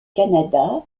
canada